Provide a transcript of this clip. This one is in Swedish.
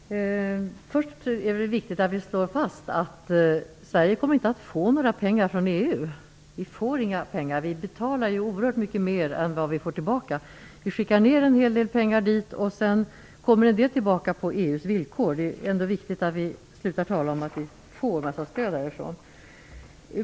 Fru talman! Först är det viktigt att vi slår fast att Sverige inte kommer att få några pengar från EU. Vi får inga pengar. Vi betalar oerhört mycket mer än vad vi får tillbaka. Vi skickar ned en hel del pengar dit, och sedan kommer en del tillbaka på EU:s villkor. Det är viktigt att vi slutar att tala om att vi får en mängd stöd därifrån.